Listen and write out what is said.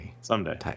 Someday